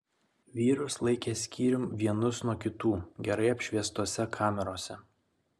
vyrus laikė skyrium vienus nuo kitų gerai apšviestose kamerose